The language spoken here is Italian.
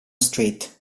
street